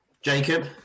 Jacob